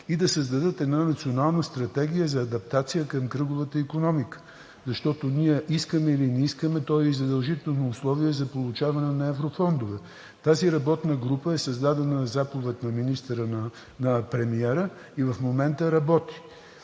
и да създадат една Национална стратегия за адаптация към кръговата икономика, защото ние искаме или не искаме, то е и задължително условие за получаване на еврофондове. Тази работна група е създадена със заповед на премиера и в момента работи.